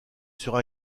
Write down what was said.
sur